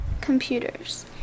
Computers